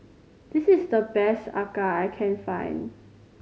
this is the best acar I can find